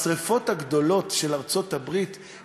בשרפות הגדולות של ארצות-הברית,